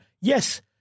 yes